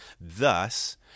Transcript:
Thus